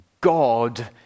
God